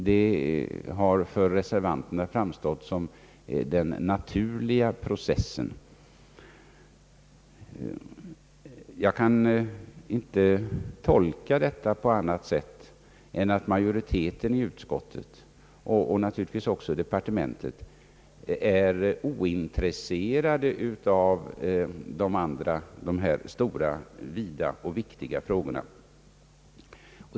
Det har för reservanterna framstått såsom den naturliga processen. Jag kan inte tolka detta på annat sätt än att man inom utskottsmajorite ten och naturligtvis också inom departementet är ointresserad av dessa stora, vida och viktiga frågor.